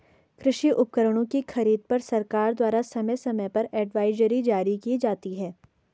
कृषि उपकरणों की खरीद पर सरकार द्वारा समय समय पर एडवाइजरी जारी की जाती है